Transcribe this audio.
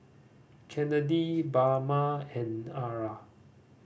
Kennedi Bama and Ara